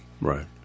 Right